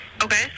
Okay